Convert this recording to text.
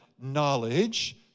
knowledge